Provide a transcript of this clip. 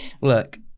Look